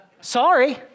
Sorry